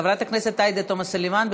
חברת הכנסת עאידה תומא סלימאן,